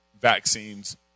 vaccines